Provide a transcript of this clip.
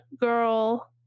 girl